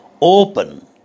open